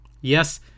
Yes